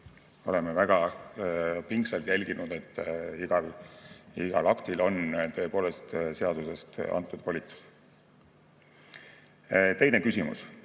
oleme väga pingsalt jälginud, et igal aktil on tõepoolest seaduses antud volitus. Teine küsimus: